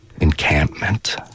encampment